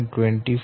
29